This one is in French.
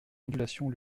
ondulations